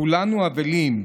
כולנו אבלים,